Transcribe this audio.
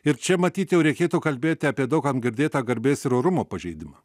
ir čia matyt jau reikėtų kalbėti apie daug kam girdėtą garbės ir orumo pažeidimą